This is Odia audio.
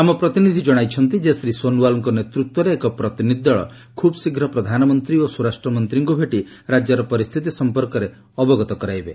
ଆମ ପ୍ରତିନିଧି ଜଣାଇଛନ୍ତି ଯେ ଶ୍ରୀ ସୋନୱାଲଙ୍କ ନେତୃତ୍ୱରେ ଏକ ପ୍ରତିନିଧି ଦଳ ଖୁବ୍ଶୀଘ୍ର ପ୍ରଧାନମନ୍ତ୍ରୀ ଓ ସ୍ୱରାଷ୍ଟ୍ରମନ୍ତ୍ରୀଙ୍କୁ ଭେଟି ରାଜ୍ୟର ପରିସ୍ଥିତି ସଂପର୍କରେ ଅବଗତ କରାଇବେ